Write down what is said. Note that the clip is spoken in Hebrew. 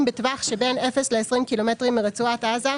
בטווח שבין 0 ל-20 קילומטרים מרצועת עזה,